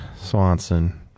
Swanson